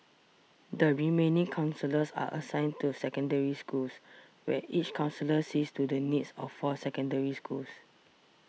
the remaining counsellors are assigned to Secondary Schools where each counsellor sees to the needs of four Secondary Schools